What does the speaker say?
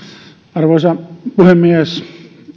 arvoisa puhemies